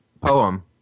poem